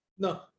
No